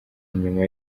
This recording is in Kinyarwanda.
inyuma